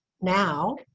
now